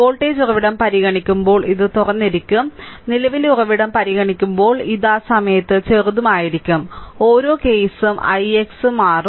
voltage ഉറവിടം പരിഗണിക്കുമ്പോൾ ഇത് തുറന്നിരിക്കും നിലവിലെ ഉറവിടം പരിഗണിക്കുമ്പോൾ ഇത് ആ സമയത്ത് ചെറുതായിരിക്കും ഓരോ കേസും ix മാറും